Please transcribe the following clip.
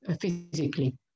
physically